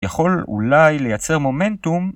יכול אולי לייצר מומנטום